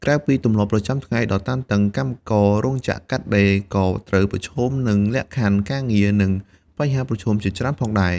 ក្រៅពីទម្លាប់ប្រចាំថ្ងៃដ៏តានតឹង កម្មកររោងចក្រកាត់ដេរក៏ត្រូវប្រឈមនឹង លក្ខខណ្ឌការងារ និងបញ្ហាប្រឈម ជាច្រើនផងដែរ។